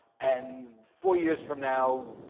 and four years from now,